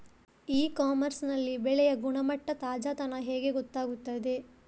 E commerce ನಲ್ಲಿ ಬೆಳೆಯ ಗುಣಮಟ್ಟ, ತಾಜಾತನ ಹೇಗೆ ಗೊತ್ತಾಗುತ್ತದೆ?